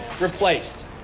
replaced